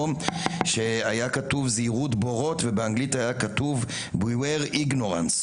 שהיה כתוב 'זהירות בוֹרוֹת' ובאנגלית היה כתוב 'beware ignorance.